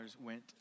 went